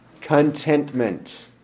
contentment